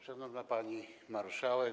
Szanowna Pani Marszałek!